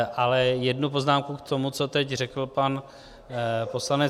Ale jednu poznámku k tomu, co teď řekl pan poslanec